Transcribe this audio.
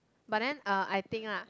but then uh I think lah